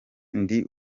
ndi